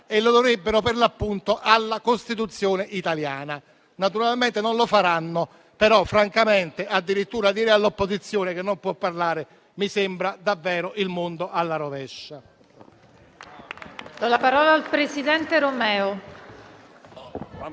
e lo dovrebbero alla Costituzione italiana. Naturalmente non lo faranno, però arrivare addirittura a dire all'opposizione che non può parlare, mi sembra davvero il mondo alla rovescia.